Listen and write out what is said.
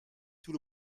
tout